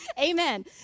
Amen